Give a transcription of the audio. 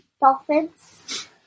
dolphins